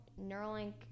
Neuralink